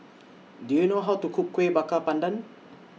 Do YOU know How to Cook Kueh Bakar Pandan